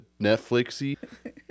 Netflix-y